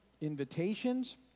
Invitations